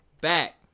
back